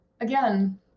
Again